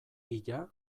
hila